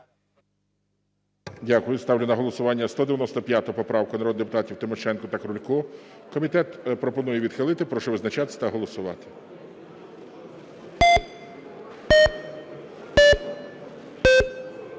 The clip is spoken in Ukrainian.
Дякую. Ставлю на голосування 195 поправку народних депутатів Тимошенко та Крулька. Комітет пропонує відхилити. Прошу визначатися та голосувати. 12:39:42